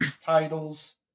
titles